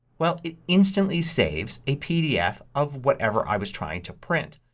well, it instantly saves a pdf of whatever i was trying to print.